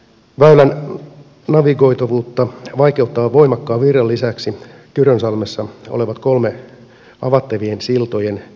väylän navigoitavuutta vaikeuttaa voimakkaan virran lisäksi kyrönsalmessa olevat kolme avattavien siltojen siltapaikkaa